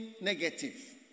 negative